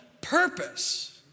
purpose